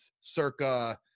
circa